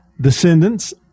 Descendants